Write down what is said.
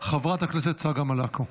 חברת הכנסת צגה מלקו,